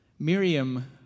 Miriam